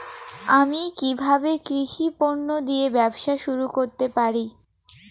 আমি কিভাবে কৃষি পণ্য দিয়ে ব্যবসা শুরু করতে পারি?